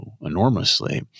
enormously